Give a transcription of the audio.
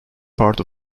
part